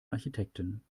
architekten